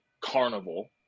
carnival